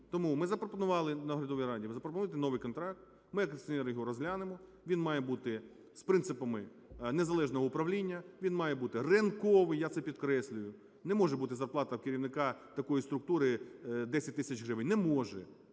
Тому ми запропонували наглядовій раді, ви запропонуйте новий контракт, ми як акціонери його розглянемо. Він має бути з принципами незалежного управління, він має бути ринковий, я це підкреслюю. Не може бути зарплата у керівника такої структури 10 тисяч гривень, не може,